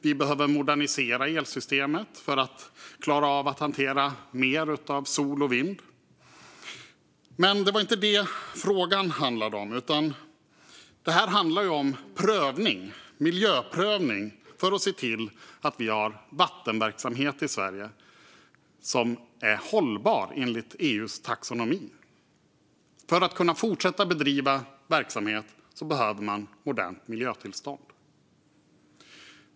Vi behöver modernisera elsystemet för att klara av att hantera mer av sol och vind. Men det var inte det frågan handlade om. Detta handlar om miljöprövning för att se till att vi har en vattenverksamhet i Sverige som är hållbar enligt EU:s taxonomi. För att kunna fortsätta bedriva verksamhet behöver man miljötillstånd.